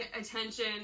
attention